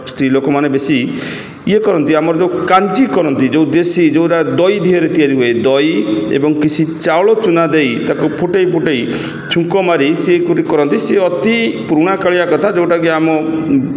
ସ୍ତ୍ରୀ ଲୋକମାନେ ବେଶୀ ଇଏ କରନ୍ତି ଆମର ଯୋଉ କାଞ୍ଜି କରନ୍ତି ଯୋଉ ଦେଶୀ ଯୋଉଟା ଦହି ତିଆରିରେ ତିଆରି ହୁଏ ଦହି ଏବଂ କିଛି ଚାଉଳ ଚୁନା ଦେଇ ତାକୁ ଫୁଟେଇ ଫୁଟେଇ ଛୁଙ୍କ ମାରି ସିଏ କୋଉଠି କରନ୍ତି ସିଏ ଅତି ପୁରୁଣା କାଳିଆ କଥା ଯୋଉଟାକି ଆମ